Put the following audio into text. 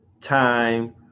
time